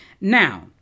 Now